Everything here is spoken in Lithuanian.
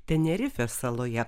tenerifės saloje